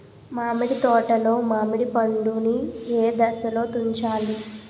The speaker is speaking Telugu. మామిడి తోటలో మామిడి పండు నీ ఏదశలో తుంచాలి?